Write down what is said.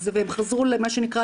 והם חזרו למה שנקרא,